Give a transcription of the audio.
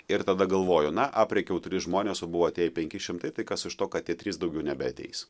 ir tada galvoju na aprėkiau tris žmones o buvo atėję penki šimtai tai kas iš to kad tie trys daugiau nebeateis